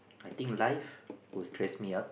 I think life will stress me up